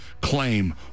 claim